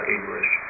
English